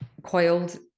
coiled